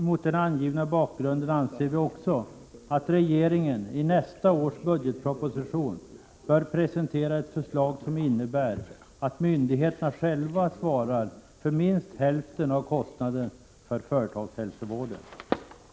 Mot den angivna bakgrunden anser vi också att regeringen i nästa års budgetproposition bör presentera ett förslag som innebär att myndigheterna själva svarar för minst hälften av kostnaden för företagshälsovården.